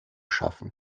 schaffen